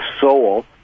soul